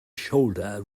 shoulder